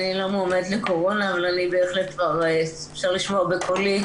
אני לא מועמדת לקורונה אבל בהחלט אפשר לשמוע בקולי,